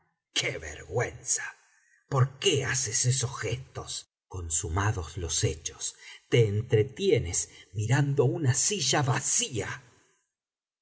qué vergüenza por qué haces esos gestos consumados los hechos te entretienes mirando una silla vacía